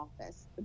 office